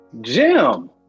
Jim